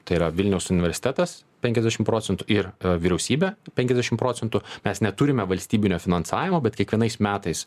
tai yra vilniaus universitetas penkiasdešimt procentų ir vyriausybė penkiasdešimt procentų mes neturime valstybinio finansavimo bet kiekvienais metais